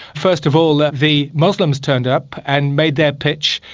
first of all the moslems turned up and made their pitch,